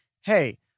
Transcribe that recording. hey